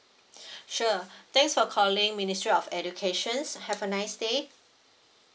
sure thanks for calling ministry of educations have a nice day